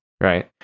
Right